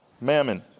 mammon